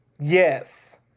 yes